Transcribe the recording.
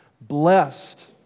Blessed